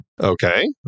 Okay